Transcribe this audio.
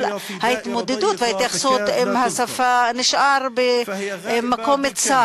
אבל ההתייחסות לשפה נשארה במקום צר.